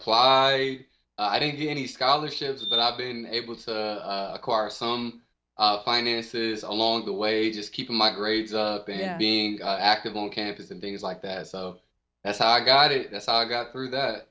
apply i didn't get any scholarships but i've been able to acquire some finances along the way just keeping my grades up and being active on campus and things like that so that's how i got it that's how i got through that